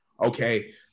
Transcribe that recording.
okay